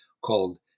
called